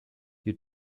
you